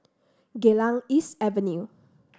Geylang East Avenue